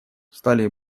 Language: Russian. стали